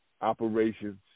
operations